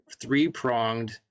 three-pronged